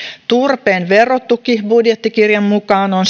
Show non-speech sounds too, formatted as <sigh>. turpeen verotuki budjettikirjan mukaan on <unintelligible>